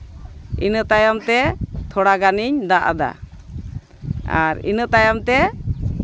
ᱤᱱᱟᱹ ᱛᱟᱭᱚᱢ ᱛᱮ ᱛᱷᱚᱲᱟ ᱜᱟᱹᱱᱤᱧ ᱫᱟᱜ ᱟᱫᱟ ᱟᱨ ᱤᱱᱟᱹ ᱛᱟᱭᱚᱢ ᱛᱮ